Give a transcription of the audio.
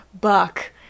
Buck